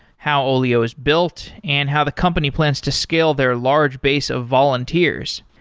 how olio is built and how the company plans to scale their large base of volunteers.